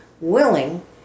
willing